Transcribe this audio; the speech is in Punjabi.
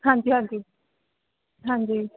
ਹਾਂਜੀ ਹਾਂਜੀ